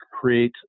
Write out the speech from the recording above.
create